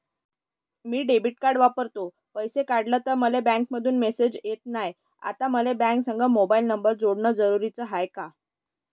मी debit card वापरतो, पैसे काढले तरी मले बँकेमंधून मेसेज येत नाय, आता मले बँकेसंग मोबाईल नंबर जोडन जरुरीच हाय का?